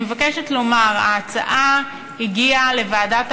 אני מבקשת לומר: ההצעה הגיעה לוועדת